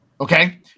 Okay